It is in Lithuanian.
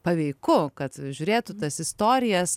paveiku kad žiūrėtų tas istorijas